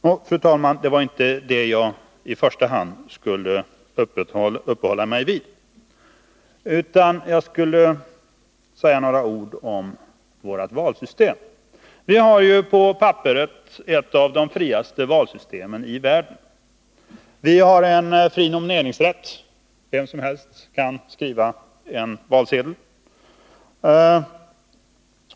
Men, fru talman, det var inte detta jag i första hand skulle uppehålla mig vid. Jag skulle säga några ord om vårt valsystem. 55 Vi har på papperet ett av de friaste valsystemen i världen. Vi har fri nomineringsrätt. Vem som helst kan skriva en valsedel.